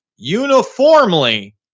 uniformly